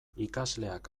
ikasleak